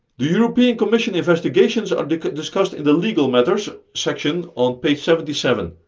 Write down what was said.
the european commission investigations are discussed in the legal matters section on page seventy seven.